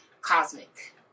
cosmic